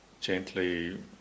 gently